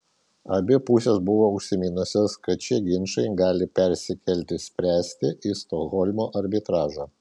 abi pusės buvo užsiminusios kad šie ginčai gali persikelti spręsti į stokholmo arbitražą